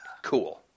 cool